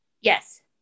Yes